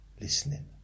Listening